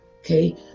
Okay